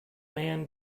man